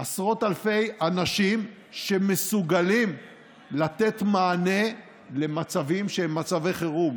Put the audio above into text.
עשרות אלפי אנשים שמסוגלים לתת מענה למצבים שהם מצבי חירום.